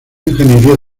ingeniería